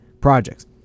projects